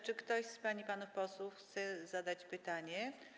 Czy ktoś z pań i panów posłów chce zadać pytanie?